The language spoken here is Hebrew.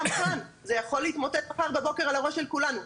גם כאן זה יכול להתמוטט מחר בבוקר על הראש של כולנו.